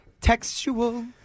Textual